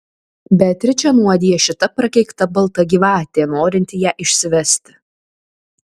beatričę nuodija šita prakeikta balta gyvatė norinti ją išsivesti